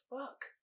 fuck